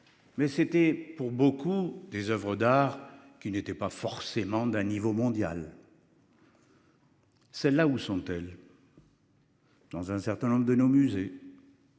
Mais c'était pour beaucoup des Oeuvres d'art qui n'était pas forcément d'un niveau mondial. C'est là où sont-elles. Dans un certain nombre de nos musées.